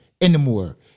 anymore